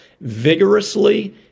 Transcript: vigorously